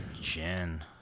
Jen